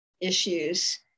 issues